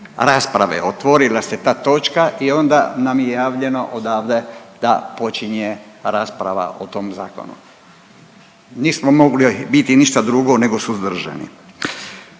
rasprave. Otvorila se ta točka i onda nam je javljeno odavde da počinje rasprava o tom zakonu. Nismo mogli biti ništa drugo nego suzdržani.